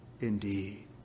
indeed